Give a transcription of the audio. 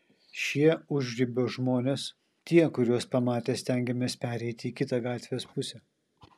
šie užribio žmonės tie kuriuos pamatę stengiamės pereiti į kitą gatvės pusę